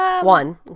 One